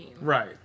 Right